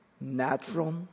natural